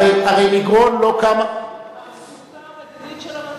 הרי מגרון לא קמה, אפסותה המדינית של הממשלה,